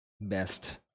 best